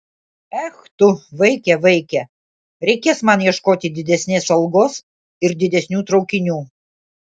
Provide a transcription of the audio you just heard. ech tu vaike vaike reikės man ieškoti didesnės algos ir didesnių traukinių